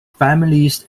families